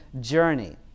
journey